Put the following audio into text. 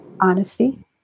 honesty